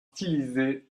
stylisés